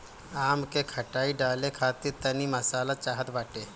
आम के खटाई डाले खातिर तनी मसाला चाहत बाटे